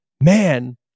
man